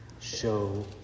show